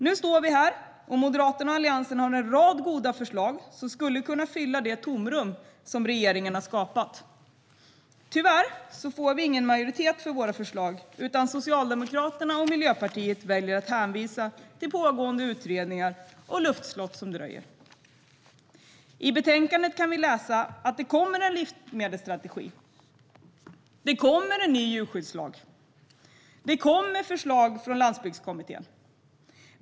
Nu står vi här, och Moderaterna och Alliansen har en rad goda förslag som skulle kunna fylla det tomrum som regeringen har skapat. Tyvärr får vi ingen majoritet för våra förslag, utan Socialdemokraterna och Miljöpartiet väljer att hänvisa till pågående utredningar och luftslott som dröjer. I betänkandet kan vi läsa att det kommer en livsmedelsstrategi, att det kommer en ny djurskyddslag och att det kommer förslag från landsbygdskommittén.